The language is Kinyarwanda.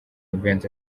vincent